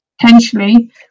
potentially